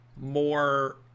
more